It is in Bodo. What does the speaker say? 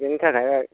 बिनि थाखाय